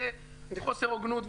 זה חוסר הוגנות,